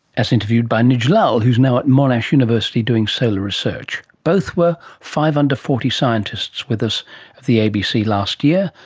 as interviewed by nij lal, who is now at monash university doing solar research. both were five under forty scientists with us at the abc last year,